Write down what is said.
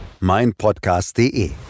meinpodcast.de